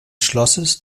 schlosses